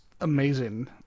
amazing